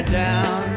down